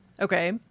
okay